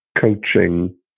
coaching